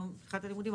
יום פתיחת הלימודים,